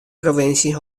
provinsje